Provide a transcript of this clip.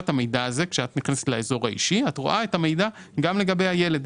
כשאת נכנסת לאזור האישי את רואה את המידע גם לגבי הילד.